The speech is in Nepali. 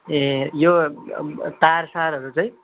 ए यो तार सारहरू चाहिँ